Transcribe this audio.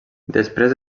després